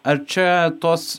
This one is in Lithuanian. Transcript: ar čia tos